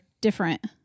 different